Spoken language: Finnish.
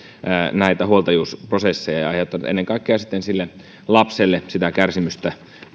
huoltajuusprosesseja ja aiheuttaneet ennen kaikkea sitten lapselle kärsimystä